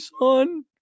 son